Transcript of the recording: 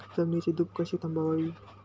जमिनीची धूप कशी थांबवावी?